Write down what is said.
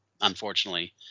unfortunately